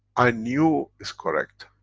i knew is correct.